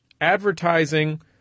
advertising